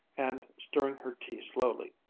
and stirring her tea slowly,